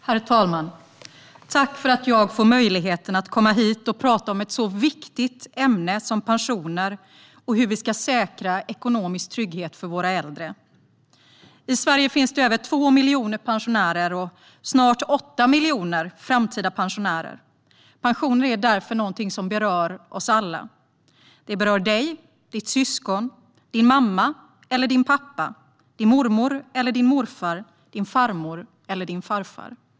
Herr talman! Tack för att jag får möjlighet att komma hit och tala om ett så viktigt ämne som pensioner och hur vi ska säkra ekonomisk trygghet för våra äldre. I Sverige finns det över 2 miljoner pensionärer och snart 8 miljoner framtida pensionärer. Pensioner är därför någonting som berör oss alla. De berör dig, ditt syskon, din mamma och din pappa, din mormor och din morfar, din farmor och din farfar.